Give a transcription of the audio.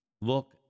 look